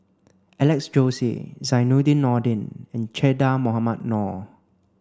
Alex Josey Zainudin Nordin and Che Dah Mohamed Noor